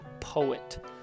poet